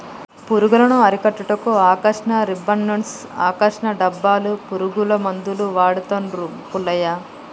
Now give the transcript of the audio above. పురుగులను అరికట్టుటకు ఆకర్షణ రిబ్బన్డ్స్ను, ఆకర్షణ డబ్బాలు, పురుగుల మందులు వాడుతాండు పుల్లయ్య